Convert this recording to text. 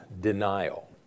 denial